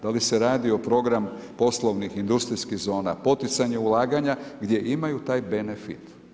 Da li se radi o programu poslovnih industrijskih zona, poticanje ulaganja gdje imaju taj benefit.